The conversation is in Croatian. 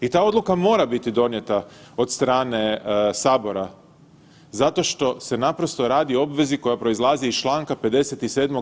I ta odluka mora biti donijeta od strane Sabora zato što se naprosto radi o obvezi koja proizlazi iz čl. 57.